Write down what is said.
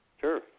Sure